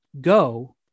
go